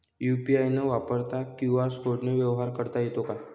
UPI न वापरता QR कोडने व्यवहार करता येतो का?